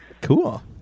Cool